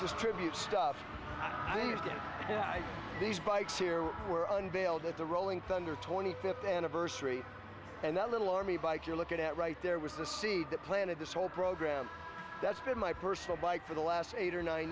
just tribute stuff these bikes were unveiled at the rolling thunder twenty fifth anniversary and that little army bike you're looking at right there was the seed that planted this whole program that's been my personal bike for the last eight or nine